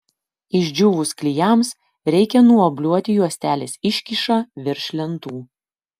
išdžiūvus klijams reikia nuobliuoti juostelės iškyšą virš lentų